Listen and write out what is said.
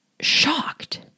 shocked